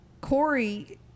Corey